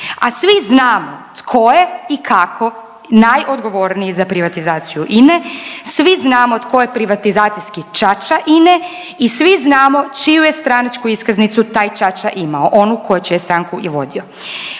a svi znamo tko je i kako najodgovorniji za privatizaciju INA-e, svi znamo tko je privatizacijski čača INA-e i svi znamo čiju je stranačku iskaznicu taj čača imao. Onu koju čiju je stranku i vodio.